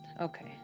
Okay